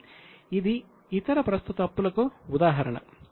కాబట్టి ఇది ఇతర ప్రస్తుత అప్పులకు ఉదాహరణ